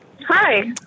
Hi